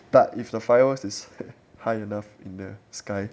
but if the fireworks is high enough in the sky